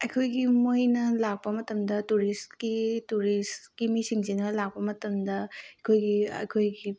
ꯑꯩꯈꯣꯏꯒꯤ ꯃꯣꯏꯅ ꯂꯥꯛꯄ ꯃꯇꯝꯗ ꯇꯨꯔꯤꯁꯀꯤ ꯇꯨꯔꯤꯁꯀꯤ ꯃꯤꯁꯤꯡꯁꯤꯅ ꯂꯥꯛꯄ ꯃꯇꯝꯗ ꯑꯩꯈꯣꯏꯒꯤ ꯑꯩꯈꯣꯏꯒꯤ